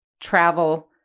travel